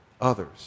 others